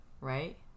right